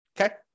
Okay